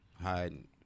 hiding